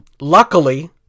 luckily